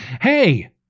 Hey